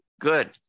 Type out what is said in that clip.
Good